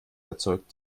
erzeugt